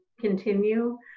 continue